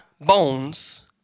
bones